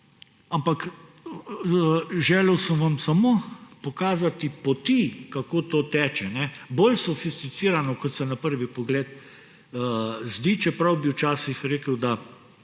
ampak želel sem vam samo pokazati poti, kako to teče. Bolj sofisticirano, kot se na prvi pogled zdi, čeprav bi včasih rekel, da